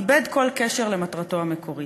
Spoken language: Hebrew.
איבד כל קשר למטרתו המקורית.